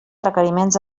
requeriments